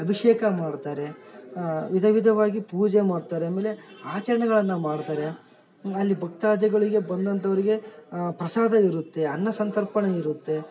ಅಭಿಷೇಕ ಮಾಡ್ತಾರೆ ವಿಧ ವಿಧವಾಗಿ ಪೂಜೆ ಮಾಡ್ತಾರೆ ಆಮೇಲೆ ಆಚರಣೆಗಳನ್ನ ಮಾಡ್ತಾರೆ ಅಲ್ಲಿ ಭಕ್ತಾದಿಗಳಿಗೆ ಬಂದಂಥವ್ರಿಗೆ ಪ್ರಸಾದ ಇರುತ್ತೆ ಅನ್ನ ಸಂತರ್ಪಣೆ ಇರುತ್ತೆ